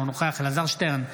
אינו נוכח אלעזר שטרן,